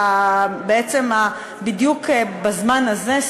בדיוק בזמן הזה,